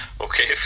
okay